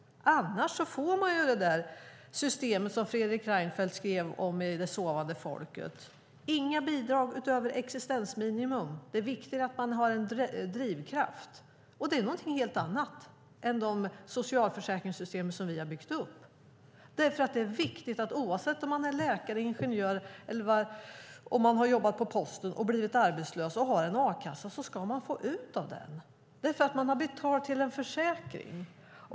Annars får man det system som Fredrik Reinfeldt skrev om i Det sovande folket : Inga bidrag utöver existensminimum, och det är viktigt att man har en drivkraft! Det är någonting helt annat än de socialförsäkringssystem som vi har byggt upp. Det är viktigt att man om man har en a-kassa - oavsett om man är läkare eller ingenjör eller om man har jobbat på posten och har blivit arbetslös - får ut av den. Det är därför man har betalat in till en försäkring.